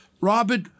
Robert